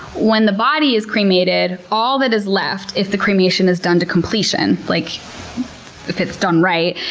when the body is cremated, all that is left if the cremation is done to completion, like if it's done right,